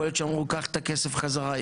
יכול להיות שאמרו קח את הכסף בחזרה,